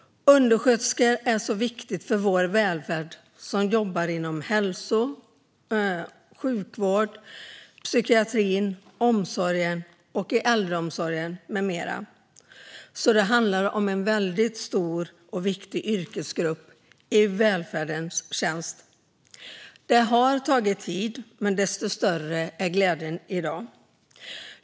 Undersköterskor är viktiga för vår välfärd, det vill säga de som jobbar inom hälso och sjukvård, psykiatrin, omsorgen och i äldreomsorgen. Det handlar om en stor och viktig yrkesgrupp i välfärdens tjänst. Det har tagit tid, men desto större är glädjen i dag.